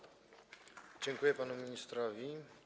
Dziękuję panu ministrowi.